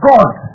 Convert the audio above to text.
God